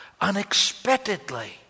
unexpectedly